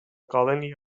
colony